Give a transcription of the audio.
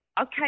okay